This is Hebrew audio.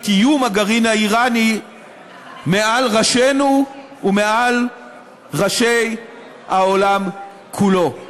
את איום הגרעין האיראני מעל ראשינו ומעל ראשי העולם כולו.